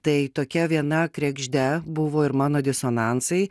tai tokia viena kregžde buvo ir mano disonansai